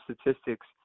statistics